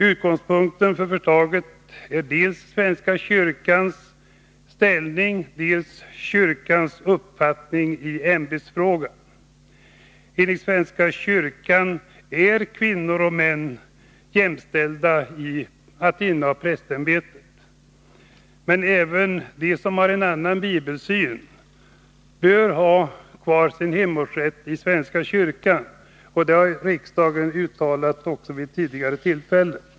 Utgångspunkten för förslaget är dels svenska kyrkans ställning, dels kyrkans uppfattning i ämbetsfrågan. Enligt svenska kyrkan är kvinnor och män jämställda i fråga om att inneha prästämbetet. Men även de som har en annan bibelsyn bör ha kvar sin hemortsrätt i svenska kyrkan. Detta har riksdagen uttalat också vid tidigare tillfällen.